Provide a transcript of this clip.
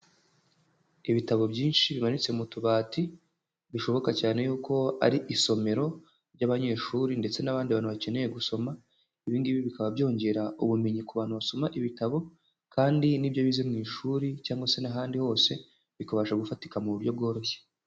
Ibitabo byinshi bimanitse mu tubati, bishoboka cyane yuko ari isomero ry'abanyeshuri ndetse n'abandi bantu bakeneye gusoma, ibi ngibi bikaba byongera ubumenyi ku bantu basoma ibitabo kandi n'ibyo bize mu ishuri cyangwa se n'ahandi hose, bikabasha gufatika mu buryo bworoshye.